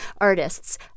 artists